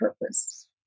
purpose